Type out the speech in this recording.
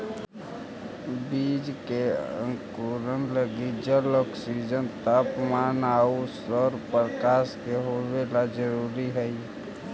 बीज के अंकुरण लगी जल, ऑक्सीजन, तापमान आउ सौरप्रकाश के होवेला जरूरी हइ